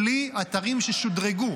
בלי אתרים ששודרגו.